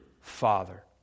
Father